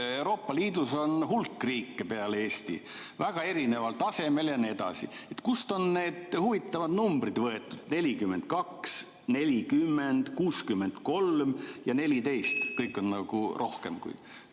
Euroopa Liidus on hulk riike peale Eesti, väga erineval tasemel ja nii edasi. Kust on need huvitavad numbrid võetud: 42, 40, 63 ja 14? Aitäh! Me oleme